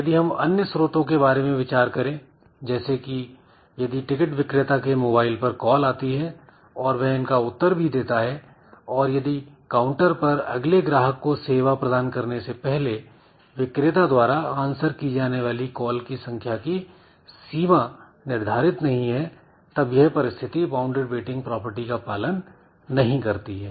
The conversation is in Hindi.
यदि हम अन्य स्रोतों के बारे में विचार करें जैसे कि यदि टिकट विक्रेता के मोबाइल पर कॉल आती है और वह इनका उत्तर भी देता है और यदि काउंटर पर अगले ग्राहक को सेवा प्रदान करने से पहले विक्रेता द्वारा आंसर की जाने वाली कॉल की संख्या की सीमा निर्धारित नहीं है तब यह परिस्थिति बाउंडेड वेटिंग प्रॉपर्टी का पालन नहीं करती है